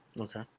Okay